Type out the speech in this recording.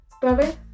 brother